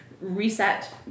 reset